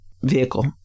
Vehicle